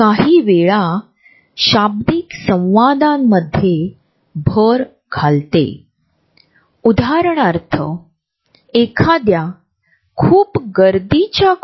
हे एखाद्याच्या शरीराच्या आसपासचे क्षेत्र आहे हे एक अदृश्य प्रकारचा झोन आहे आणि जर लोक त्यामध्ये गेले तर अस्वस्थ वाटू लागेल तुम्हाला खूप तणाव वाटू लागेल